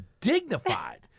dignified